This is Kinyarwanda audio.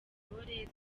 intore